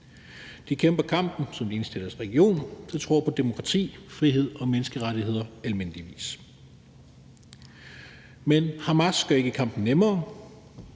De kæmper kampen, og de er de eneste i deres region, der tror på demokrati, frihed og menneskerettigheder i almindelighed. Men Hamas gør ikke kampen nemmere,